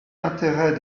intérêt